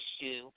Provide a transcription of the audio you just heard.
issue